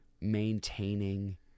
maintaining